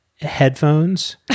headphones